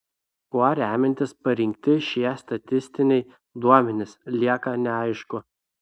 kuo remiantis parinkti šie statistiniai duomenys lieka neaišku